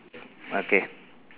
okay